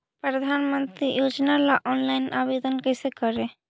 प्रधानमंत्री योजना ला ऑनलाइन आवेदन कैसे करे?